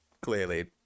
clearly